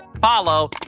follow